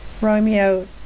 Romeo